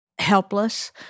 helpless